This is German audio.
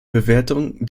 bewertung